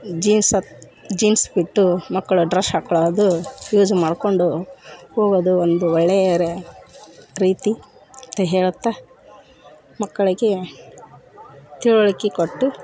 jeans jeans ಬಿಟ್ಟು ಮಕ್ಕಳು dress ಹಾಕಿಕೊಳ್ಳೋದು ಯೂಸ್ ಮಾಡಿಕೊಂಡು ಹೋಗೋದು ಒಂದು ಒಳ್ಳೆಯ ರೀತಿ ಅಂತ ಹೇಳುತ್ತಾ ಮಕ್ಕಳಿಗೆ ತಿಳ್ವಳ್ಕೆ ಕೊಟ್ಟು